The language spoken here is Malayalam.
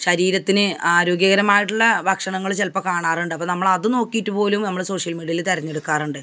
ശരീരത്തിന് ആരോഗ്യകരമായിട്ടുള്ള ഭക്ഷണങ്ങൾ ചിലപ്പോൾ കാണാറുണ്ട് അപ്പോൾ നമ്മൾ അതു നോക്കിയിട്ട് പോലും നമ്മൾ സോഷ്യൽ മീഡിയയിൽ തിരഞ്ഞെടുക്കാറുണ്ട്